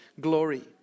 glory